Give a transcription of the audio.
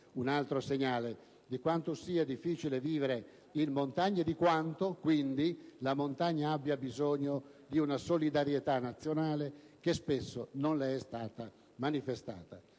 un altro segnale di quanto sia difficile vivere in montagna, di quanto, quindi, la montagna abbia bisogno di una solidarietà nazionale che spesso non le è stata manifestata.